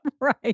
right